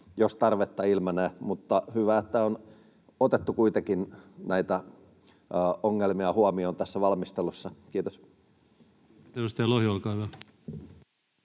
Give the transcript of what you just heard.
jos tarvetta ilmenee. Hyvä, että on otettu kuitenkin näitä ongelmia huomioon tässä valmistelussa. — Kiitos.